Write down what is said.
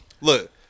look